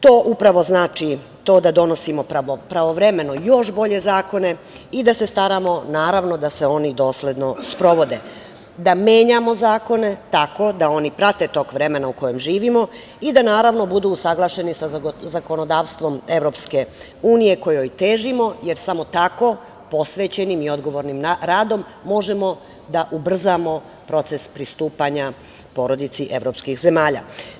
To upravo znači da donosimo pravovremeno još bolje zakone i da se staramo, naravno, da se oni dosledno sprovode, da menjamo zakone tako da oni prate tok vremena u kojem živimo i da, naravno, budu usaglašeni sa zakonodavstvom EU, kojoj težimo, jer samo tako, posvećenim i odgovornim radom, možemo da ubrzamo proces pristupanja porodici evropskih zemalja.